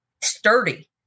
sturdy